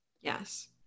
Yes